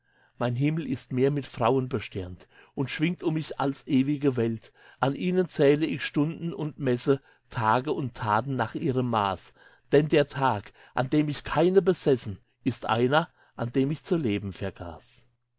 mein himmel ist nur mehr mit frauen besternt und schwingt um mich als ewige welt an ihnen zähle ich stunden und messe tage und taten nach ihrem maß denn der tag an dem ich keine besessen ist einer an dem ich zu leben vergaß